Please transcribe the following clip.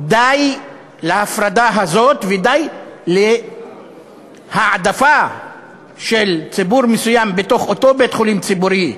די להפרדה הזאת ודי להעדפה של ציבור מסוים בתוך אותו בית-חולים ציבורי.